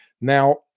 Now